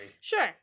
Sure